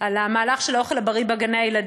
על המהלך של האוכל הבריא בגני-הילדים,